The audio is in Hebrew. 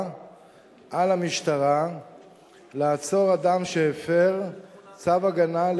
על המשטרה לעצור אדם שהפר צו הגנה,